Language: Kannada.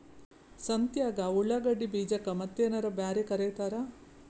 ಸಂತ್ಯಾಗ ಉಳ್ಳಾಗಡ್ಡಿ ಬೀಜಕ್ಕ ಮತ್ತೇನರ ಬ್ಯಾರೆ ಕರಿತಾರ?